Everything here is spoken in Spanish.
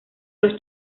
los